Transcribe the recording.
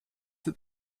that